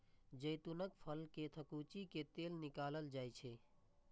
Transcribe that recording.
जैतूनक फल कें थकुचि कें तेल निकालल जाइ छै